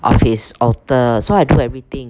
of his alter so I do everything